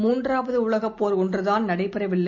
மூன்றாவது உலகப் போர் ஒன்றுதான் நடைபெறவில்லை